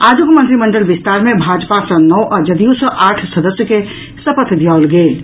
आजुक मंत्रिमंडल विस्तार मे भाजपा सॅ नओ आ जदयू सॅ आठ सदस्य के शपथ दियाओल गेल अछि